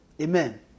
amen